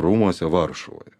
rūmuose varšuvoj